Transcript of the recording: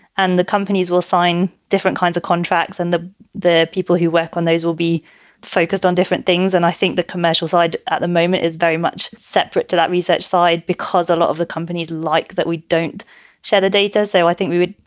and the companies will sign different kinds of contracts and the the people who work on those will be focused on different things. and i think the commercial side at the moment is very much separate to that research side because a lot of the companies like that, we don't share the data. so i think we would.